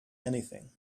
anything